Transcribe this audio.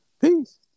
Peace